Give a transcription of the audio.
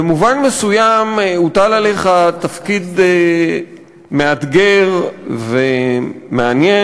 במובן מסוים הוטל עליך תפקיד מאתגר ומעניין,